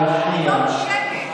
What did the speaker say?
אני גם רוצה לומר עוד משהו.